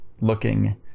looking